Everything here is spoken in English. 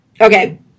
Okay